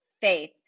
Faith